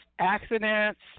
accidents